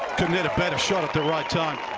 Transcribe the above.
couldn't hit a better shot at the right shot